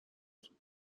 تون